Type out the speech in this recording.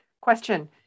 question